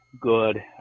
good